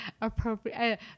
appropriate